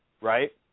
right